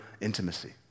intimacy